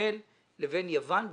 ישראל לבין יוון וטורקיה.